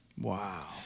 Wow